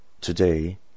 Today